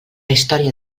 història